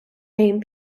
named